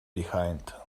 behind